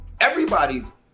Everybody's